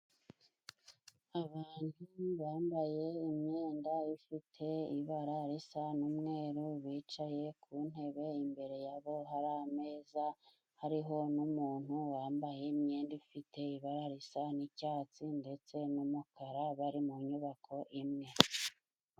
Abantu bambaye imyenda ifite ibara risa n'umweru bicaye ku ntebe, imbere yabo hari ameza hariho n'umuntu wambaye imyenda ifite ibara risa n'icyatsi ndetse n'umukara, bari mu nyubako imwe.